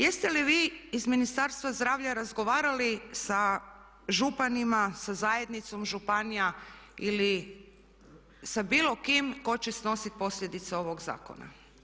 Jeste li vi iz Ministarstva zdravlja razgovarali sa županima, sa zajednicom županija ili sa bilo kim tko će snositi posljedice ovog zakona.